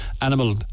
animal